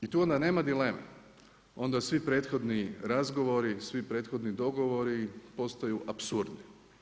I tu onda nema dileme, onda svi prethodni razgovori, svi prethodni dogovori postaju apsurdni.